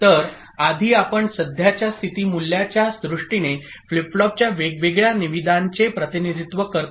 तर आधी आपण सध्याच्या स्थिती मूल्याच्या दृष्टीने फ्लिप फ्लॉपच्या वेगवेगळ्या निविदांचे प्रतिनिधित्व करतो